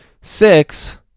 six